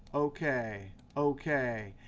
ok, ok.